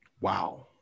Wow